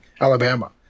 Alabama